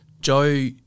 Joe